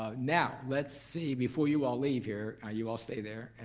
ah now let's see, before you all leave here. ah you all stay there.